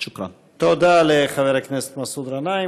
תודה.) תודה לחבר הכנסת מסעוד גנאים.